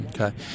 Okay